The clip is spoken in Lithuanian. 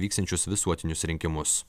vyksiančius visuotinius rinkimus